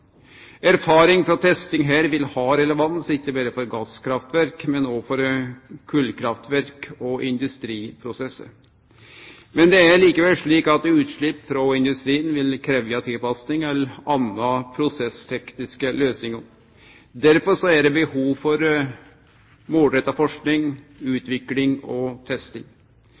Erfaring frå testing her vil ha relevans, ikkje berre for gasskraftverk, men òg for kullkraftverk og industriprosessar. Men det er likevel slik at utslepp frå industrien vil krevje tilpassing eller andre prosesstekniske løysingar. Derfor er det behov for målretta forsking, utvikling og testing.